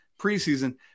preseason